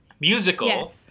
musical